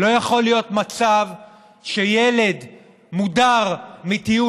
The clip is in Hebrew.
לא יכול להיות מצב שילד מודר מטיול,